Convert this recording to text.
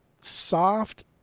soft